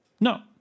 no